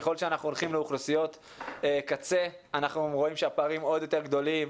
ככל שאנחנו הולכים לאוכלוסיות קצה אנחנו רואים שהפערים עוד יותר גדולים.